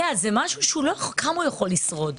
כמה הוא יכול לשרוד?